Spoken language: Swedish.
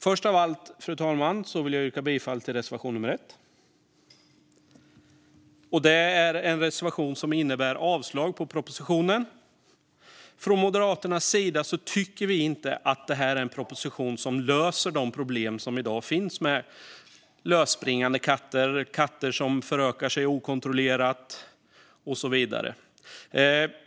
Först av allt, fru talman, vill jag yrka bifall till reservation nummer 1. Det är en reservation som innebär avslag på propositionen. Från Moderaternas sida tycker vi inte att detta är en proposition som löser de problem som i dag finns med lösspringande katter, katter som förökar sig okontrollerat och så vidare.